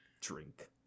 drink